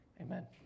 Amen